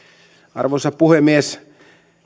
arvoisa puhemies